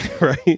Right